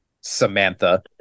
Samantha